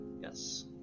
yes